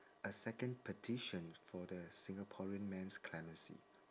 a second petition for the singaporean man's clemency